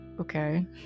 Okay